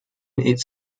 its